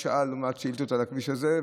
האמת היא שלא התקלת אותי בשאילתה הזאת,